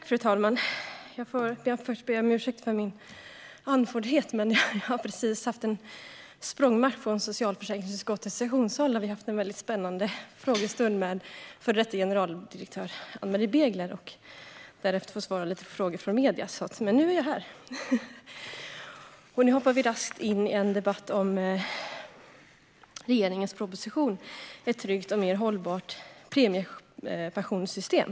Fru talman! Jag får först be om ursäkt för att jag är så andfådd. Jag har precis haft en språngmarsch från socialförsäkringsutskottets sessionssal där vi har haft en väldigt spännande frågestund med före detta generaldirektören Ann-Marie Begler. Därefter fick jag svara på några frågor från medierna. Men nu är jag här, och vi hoppar raskt in i en debatt om regeringens proposition Ett tryggt och mer hållbart premiepensionssystem .